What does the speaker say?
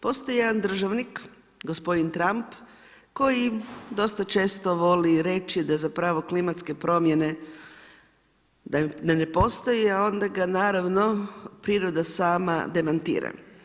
Postoji jedan državnik, gospodin Trump, koji dosta često voli reći da zapravo, klimatske promjene da ne postoje, a onda ga, naravno, priroda sama demantira.